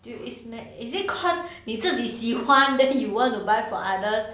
you is might is it cause 你自己喜欢 then you want to buy for others